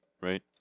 right